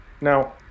Now